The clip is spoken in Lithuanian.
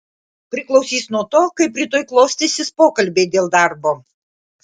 priklausys nuo to kaip rytoj klostysis pokalbiai dėl darbo